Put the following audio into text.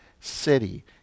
city